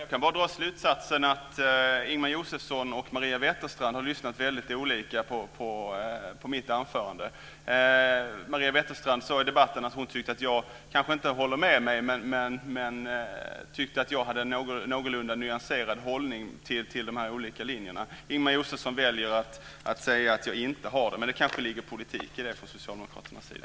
Fru talman! Jag kan bara dra den slutsats att Ingemar Josefsson och Maria Wetterstrand har lyssnat väldigt olika på mitt anförande. Maria Wetterstrand sade i debatten att hon kanske inte håller med mig men tyckte att jag hade en någorlunda nyanserad hållning till de olika linjerna. Ingemar Josefsson väljer att säga att jag inte har det, men det kanske ligger politik i det från Socialdemokraternas sida.